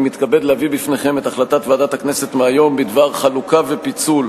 אני מתכבד להביא בפניכם את החלטת ועדת הכנסת מהיום בדבר הצעה ופיצול